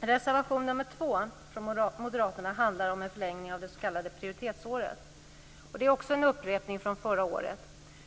Reservation nr 2 från Moderaterna handlar om en förlängning av det s.k. prioritetsåret. Detta är också en upprepning från förra året.